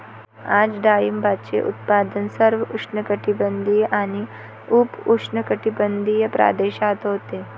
आज डाळिंबाचे उत्पादन सर्व उष्णकटिबंधीय आणि उपउष्णकटिबंधीय प्रदेशात होते